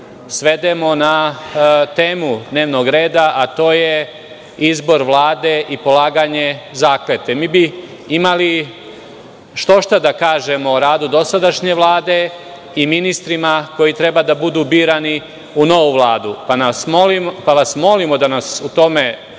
svedemo na temu dnevnog reda, a to je izbor Vlade i polaganje zakletve. Mi bi imali štošta da kažemo o radu dosadašnje Vlade i o ministrima koji treba da budu birani u novu Vladu, pa vas molim da nam to